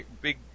big